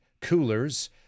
Coolers